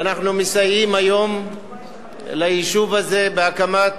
ואנחנו מסייעים היום ליישוב הזה בהקמת